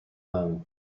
loan